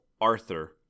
Arthur